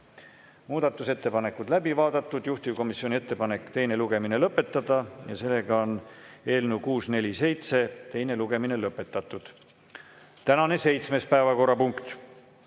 Muudatusettepanekud on läbi vaadatud ja juhtivkomisjoni ettepanek on teine lugemine lõpetada. Sellega ongi eelnõu 647 teine lugemine lõpetatud. Tänane seitsmes päevakorrapunkt: